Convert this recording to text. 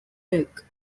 milk